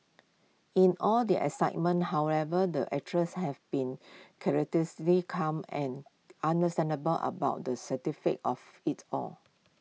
in all the excitement however the actress has been calm and understandable about the of IT all